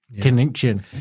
Connection